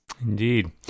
Indeed